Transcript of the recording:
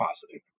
positive